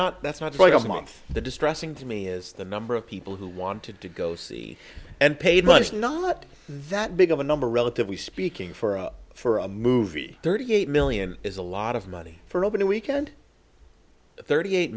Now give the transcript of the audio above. not that's not boy a month the distressing to me is the number of people who wanted to go see and paid much not that big of a number relatively speaking for a for a movie thirty eight million is a lot of money for opening weekend thirty eight